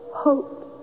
hope